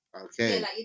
Okay